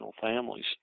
families